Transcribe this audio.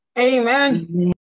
Amen